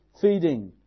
feeding